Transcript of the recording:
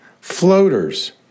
floaters